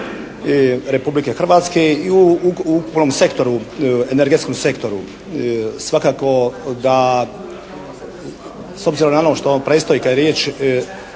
se ne razumije./ … sektoru, energetskom sektoru. Svakako da s obzirom na ono što on predstoji kad je riječ